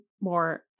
more